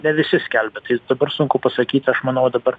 ne visi skelbia tai dadar sunku pasakyt aš manau dabar